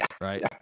Right